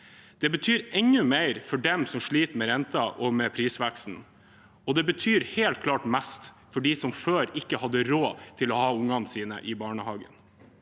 Det betyr enda mer for dem som sliter med renten og med prisveksten, og det betyr helt klart mest for dem som før ikke hadde råd til å ha barna sine i barnehagen.